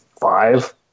five